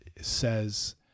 says